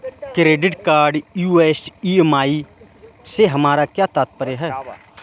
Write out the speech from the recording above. Credit card US EMI से हमारा क्या तात्पर्य है?